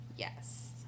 Yes